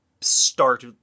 start